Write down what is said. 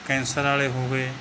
cancer ਵਾਲੇ ਹੋ ਗਏ